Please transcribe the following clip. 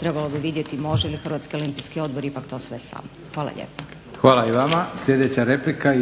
trebalo bi vidjeti može li Hrvatski olimpijski odbor ipak to sve sam. Hvala lijepo. **Leko, Josip (SDP)** Sljedeća replika,